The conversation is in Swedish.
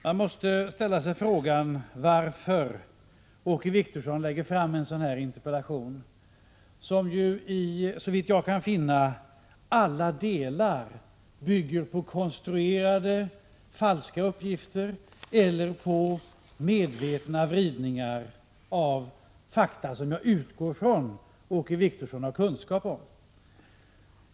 Man måste ställa sig frågan varför Åke Wictorsson lägger fram en sådan här interpellation, som såvitt jag kan finna i alla delar bygger på konstruerade, falska uppgifter eller på medvetna vridningar av fakta som jag utgår från att Åke Wictorsson har kunskap om.